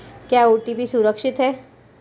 क्या ओ.टी.पी सुरक्षित है?